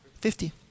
Fifty